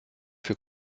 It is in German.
für